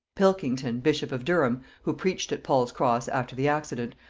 pilkington bishop of durham, who preached at paul's cross after the accident,